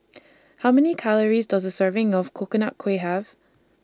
How Many Calories Does A Serving of Coconut Kuih Have